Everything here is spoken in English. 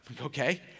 Okay